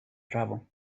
travel